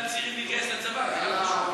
לצבא.